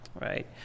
right